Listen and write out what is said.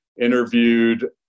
interviewed